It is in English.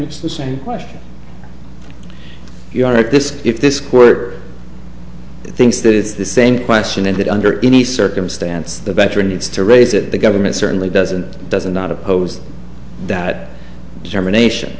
it's the same question you are at this if this quote thinks that is the same question and that under any circumstance the veteran needs to raise it the government certainly doesn't it doesn't not oppose that determination